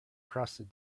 crossed